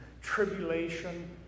tribulation